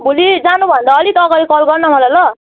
भोलि जानुभन्दा अलिक अगाडि कल गर्न मलाई ल